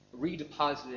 redeposited